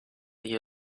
you